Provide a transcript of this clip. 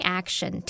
action